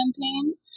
campaign